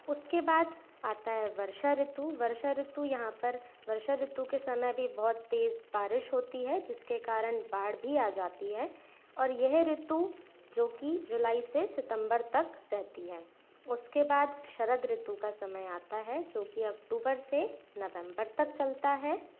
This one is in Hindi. उसके बाद आती है वर्षा ऋतु वर्षा ऋतु यहाँ पर वर्षा ऋतु के समय भी बहुत तेज़ बारिश होती है जिस के कारण बाढ़ भी आ जाती है और यह ऋतु जो कि जुलाई से सितम्बर तक रहती है उसके बाद शरद ऋतु का समय आता है जो कि अक्टूबर से नवेम्बर तक चलता है